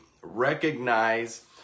recognize